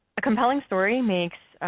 a compelling story makes